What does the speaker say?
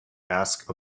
ask